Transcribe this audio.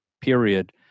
period